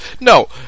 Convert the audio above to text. No